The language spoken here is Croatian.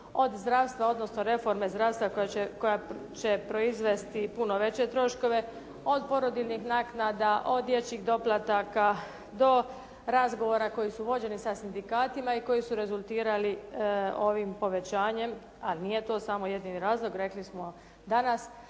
od zdravstva, odnosno reforme zdravstva koja će proizvesti puno veće troškove, od porodiljinih naknada, od dječjih doplataka do razgovora koji su vođeni sa sindikatima i koji su rezultirali ovim povećanjem ali nije to samo jedini razlog, rekli smo danas,